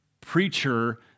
preacher